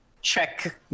check